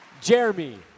Jeremy